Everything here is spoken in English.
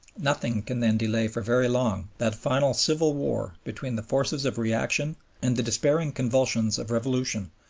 nothing can then delay for very long that final civil war between the forces of reaction and the despairing convulsions of revolution,